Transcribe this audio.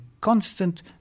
constant